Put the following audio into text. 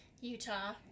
Utah